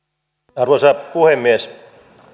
arvoisa puhemies